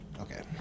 Okay